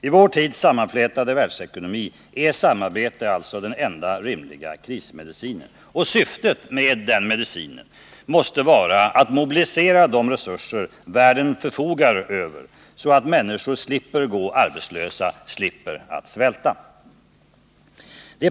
I vår tids organiskt sammanflätade världsekonomi är samarbete alltså den enda rimliga krismedicinen — och syftet med den medicinen måste vara att mobilisera de resurser världen förfogar över, så att människor slipper att gå arbetslösa och slipper att svälta.